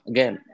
Again